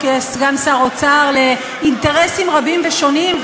כסגן שר האוצר לאינטרסים רבים ושונים,